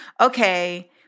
okay—